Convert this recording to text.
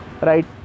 Right